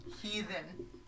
heathen